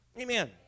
Amen